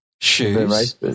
shoes